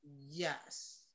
Yes